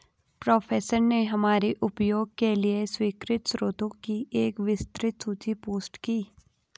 professor ने हमारे उपयोग के लिए स्वीकृत स्रोतों की एक विस्तृत सूची पोस्ट की